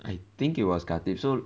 I think it was khatib so